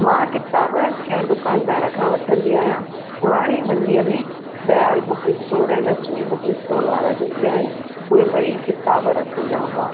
मां किताब कंहिं दुकानदार खां वठंदी आहियां पुराणी मंडीअ में दयाल बुक स्टोर ऐं लक्ष्मी बुक स्टोर वारा जेके आहिनि उहे ॿई किताब रखंदा हुआ